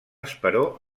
esperó